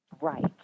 Right